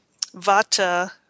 vata